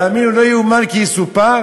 תאמינו לי, לא יאומן כי יסופר.